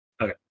Okay